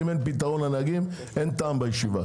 אם אין פתרון לנהגים, אין טעם בישיבה.